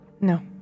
No